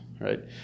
right